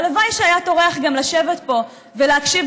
והלוואי שהיה טורח גם לשבת פה ולהקשיב